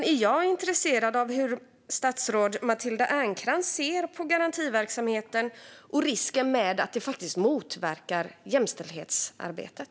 Jag är därför intresserad av att höra hur statsrådet Matilda Ernkrans ser på garantiverksamheten och risken med att det motverkar jämställdhetsarbetet.